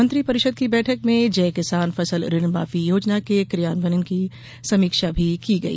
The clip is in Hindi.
मंत्रिपरिषद की बैठक में जय किसान फसल ऋण माफी योजना के क्रियान्वयन की समीक्षा भी की गई